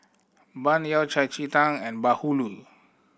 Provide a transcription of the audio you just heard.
Bun Yao Cai Ji Tang and Bahulu